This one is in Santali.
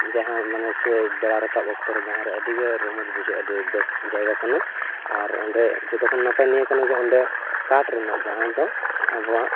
ᱡᱟᱦᱟᱸ ᱢᱟᱱᱮ ᱵᱮᱲᱟ ᱨᱟᱠᱟᱵ ᱚᱠᱛᱚᱨᱮ ᱡᱟᱦᱟᱨᱮ ᱟᱹᱰᱤᱜᱮ ᱨᱚᱢᱚᱡᱽ ᱵᱩᱡᱷᱟᱹᱜᱼᱟ ᱟᱹᱰᱤ ᱵᱮᱥ ᱡᱟᱭᱜᱟ ᱠᱟᱱᱟ ᱟᱨ ᱚᱸᱰᱮ ᱡᱚᱛᱚᱠᱷᱚᱱ ᱱᱟᱯᱟᱭ ᱱᱤᱭᱟᱹ ᱠᱟᱱᱟ ᱡᱮ ᱚᱸᱰᱮ ᱠᱟᱴ ᱨᱮᱱᱟᱜ ᱡᱟᱦᱟᱸᱫᱚ ᱟᱵᱚᱣᱟᱜ